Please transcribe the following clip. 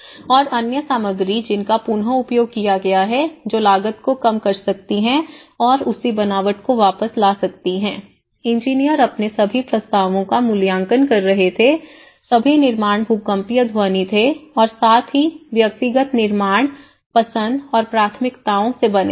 और अन्य सामग्री जिनका पुन उपयोग किया गया है जो लागत को कम कर सकती हैं और उसी बनावट को वापस ला सकती है इंजीनियर अपने सभी प्रस्तावों का मूल्यांकन कर रहे थे सभी निर्माण भूकंपीय ध्वनि थे और साथ ही व्यक्तिगत निर्माण पसंद और प्राथमिकताओं से बने थे